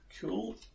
Cool